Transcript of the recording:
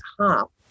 top